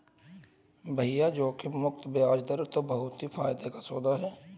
भैया जोखिम मुक्त बयाज दर तो बहुत ही फायदे का सौदा है